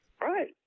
Right